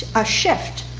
a shift,